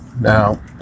Now